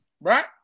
right